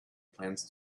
plans